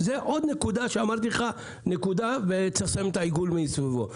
זו עוד נקודה שסימנו את העיגול מסביבה.